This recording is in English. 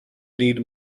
need